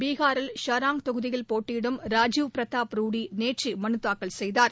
பீகாரில் ஷாராங் தொகுதியில் போட்டியிடும் ராஜீவ் பிரதாப் ரூடி நேற்றுமனுதாக்கல் செய்தார்